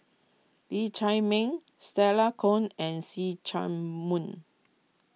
Lee Chiaw Meng Stella Kon and See Chak Mun